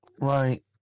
Right